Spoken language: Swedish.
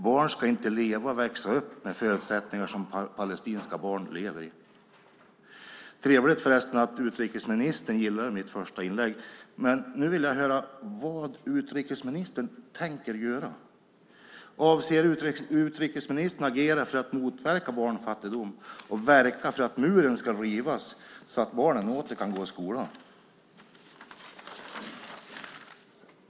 Barn ska inte leva och växa upp med förutsättningar som dem palestinska barn lever under. Trevligt förresten att utrikesministern gillade mitt första inlägg, men nu vill jag höra vad utrikesministern tänker göra. Avser utrikesministern att agera för att motverka barnfattigdom och verka för att muren ska rivas så att barnen åter kan gå i skolan?